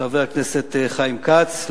חבר הכנסת חיים כץ,